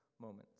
moments